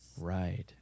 Right